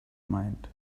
mind